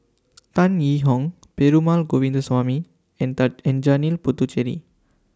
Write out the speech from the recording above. Tan Yee Hong Perumal Govindaswamy and and Janil Puthucheary